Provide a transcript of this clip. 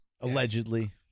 Allegedly